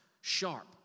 sharp